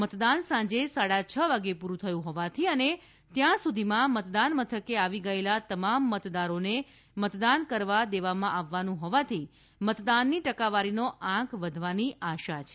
મતદાન સાંજે સાડા છ વાગે પૂરું થયું હોવાથી અને ત્યાં સુધીમાં મતદાન મથકે આવી ગયેલાં તમામ મતદારોને મતદાન કરવા દેવામાં આવવાનું હોવાથી મતદાનની ટકાવારીને આંક વધવાની આશા છે